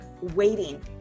waiting